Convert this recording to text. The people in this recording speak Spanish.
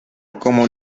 como